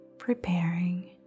Preparing